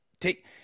take